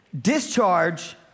Discharge